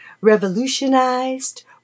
Revolutionized